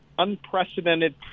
unprecedented